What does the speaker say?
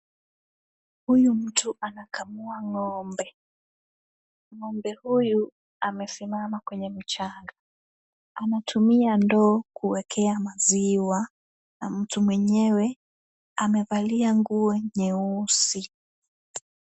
Huyu mtu anakamua ng'ombe, Ng'ombe huyu amesimama kwenye mchanga. Anatumia ndoo kuekea maziwa, na mtu mwenyewe amevalia nguo nyeusi.